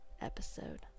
episode